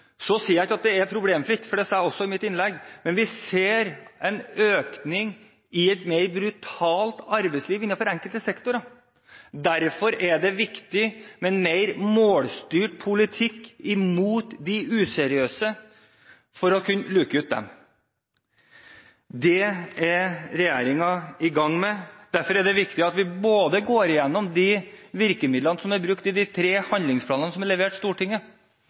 at det er problemfritt, det sa jeg også i mitt innlegg, men vi ser en økning i et mer brutalt arbeidsliv innenfor enkelte sektorer. Derfor er det viktig med en mer målstyrt politikk overfor de useriøse for å kunne luke dem ut. Det er regjeringen i gang med. Derfor er det viktig at vi går igjennom de virkemidlene som er brukt i de tre handlingsplanene som er levert Stortinget,